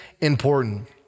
important